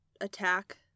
attack